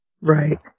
Right